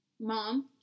mom